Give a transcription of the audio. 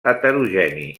heterogeni